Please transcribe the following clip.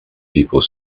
people